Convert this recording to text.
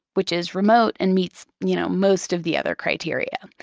which is remote and meets you know most of the other criteria.